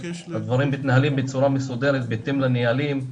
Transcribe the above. הדברים מתנהלים בצורה מסודרת בהתאם לנהלים.